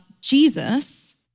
Jesus